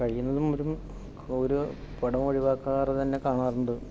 കഴിയുന്നതും ഒരു ഓരോ പടവും ഒഴിവാകാതെ തന്നെ കാണാറുണ്ട്